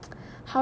so